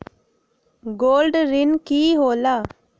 Gold ऋण की होला?